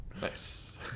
Nice